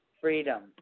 Freedom